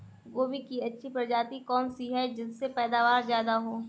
गोभी की अच्छी प्रजाति कौन सी है जिससे पैदावार ज्यादा हो?